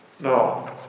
No